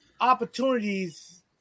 opportunities